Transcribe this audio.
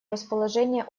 расположения